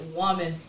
woman